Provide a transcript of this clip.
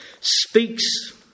Speaks